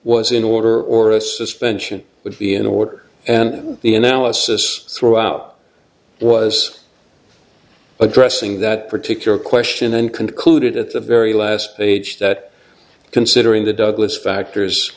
was in order or a suspension would be in order and the analysis throughout was addressing that particular question and concluded at the very last age that considering the douglas factors